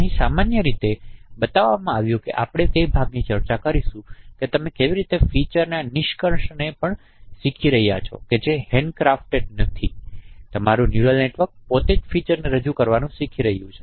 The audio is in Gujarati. અહીં સામાન્ય રીતે બતાવવામાં આવ્યું છે કે આપણે તે ભાગની ચર્ચા કરીશું કે તમે કેવી રીતે ફીચરના નિષ્કર્ષ ને પણ શીખી રહ્યાં છો જે હેન્ડક્રાફ્ટ નથી તમારું ન્યુરલ નેટવર્ક પોતે જ ફીચરને રજૂ કરવાનું શીખી રહ્યું છે